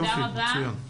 תודה רבה.